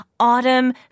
Autumn